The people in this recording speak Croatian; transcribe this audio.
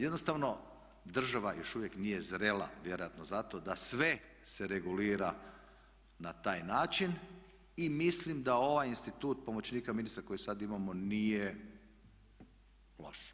Jednostavno država još uvijek nije zrela, vjerojatno zato da sve se regulira na taj način i mislim da ovaj institut pomoćnika ministra koji sada imamo nije loš.